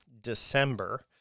December